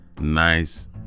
nice